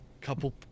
couple